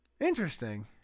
interesting